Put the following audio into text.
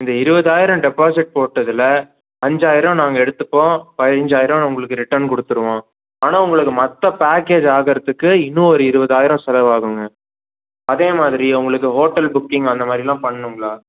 இந்த இருவதாயிரம் டெபாசிட் போட்டதில் அஞ்சாயிரம் நாங்கள் எடுத்துப்போம் பதினஞ்சாயிரம் நான் உங்களுக்கு ரிட்டன் கொடுத்துருவோம் ஆனால் உங்களுக்கு மற்ற பேக்கேஜ் ஆகறதுக்கு இன்னும் ஒரு இருவதாயிரம் செலவாகுங்க அதே மாதிரி உங்களுக்கு ஹோட்டல் புக்கிங் அந்த மாதிரிலாம் பண்ணுங்களா